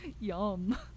Yum